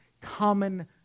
common